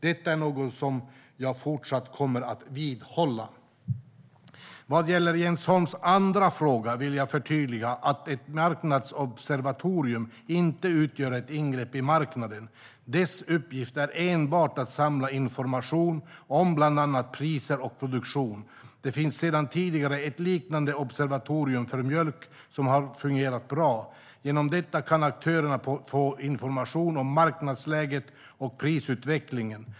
Detta är något som jag kommer att fortsätta att vidhålla. Vad gäller Jens Holms andra fråga vill jag förtydliga att ett marknadsobservatorium inte utgör ett ingrepp i marknaden. Dess uppgift är enbart att samla information om bland annat priser och produktion. Det finns sedan tidigare ett liknande observatorium för mjölk vilket har fungerat bra. Genom detta kan aktörerna få information om marknadsläget och prisutvecklingen.